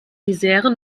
misere